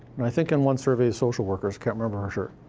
and i think in one survey, social workers can't remember for sure.